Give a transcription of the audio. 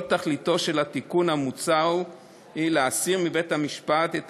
כל תכליתו של התיקון המוצע היא להסיר מבית-המשפט את